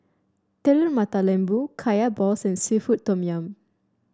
Telur Mata Lembu Kaya Balls and seafood Tom Yum